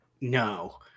No